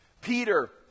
Peter